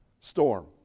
storm